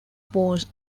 pose